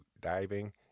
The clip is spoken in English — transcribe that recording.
diving